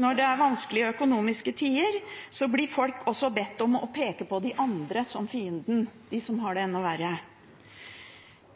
Når det er økonomisk vanskelige tider, blir folk også bedt om å peke på «de andre» som fienden: de som har det enda verre.